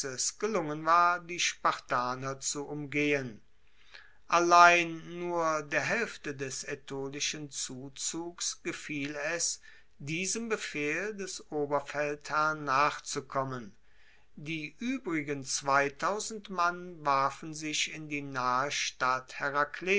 gelungen war die spartaner zu umgehen allein nur der haelfte des aetolischen zuzugs gefiel es diesem befehl des oberfeldherrn nachzukommen die uebrigen mann warfen sich in die nahe